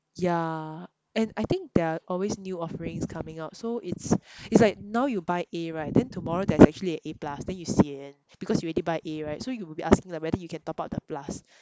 yeah and I think there are always new offerings coming out so it's it's like now you buy A right then tomorrow there's actually a A plus then you sian because you already buy A right so you will be asking like whether you can top up the plus